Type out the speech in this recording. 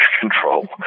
control